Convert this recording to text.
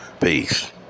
Peace